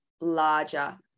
larger